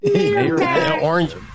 Orange